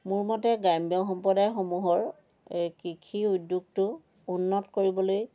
মোৰ মতে গ্ৰাম্য সম্প্ৰদায়সমূহৰ এই কৃষি উদ্যোগটো উন্নত কৰিবলৈ